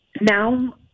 now –